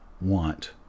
want